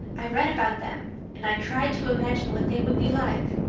i read about them and i tried to imagine what they would be like.